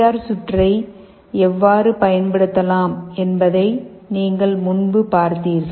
R சுற்றை எவ்வாறு பயன்படுத்தப்படலாம் என்பதை நீங்கள் முன்பு பார்த்தீர்கள்